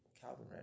Calvin